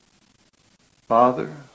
Father